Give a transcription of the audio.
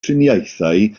triniaethau